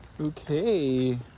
Okay